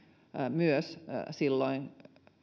myös silloin